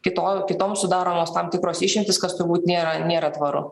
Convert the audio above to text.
kito kitoms sudaromos tam tikros išimtys kas turbūt nėra nėra tvaru